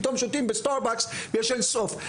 פתאום שותים בסטארבקס ויש אינסוף.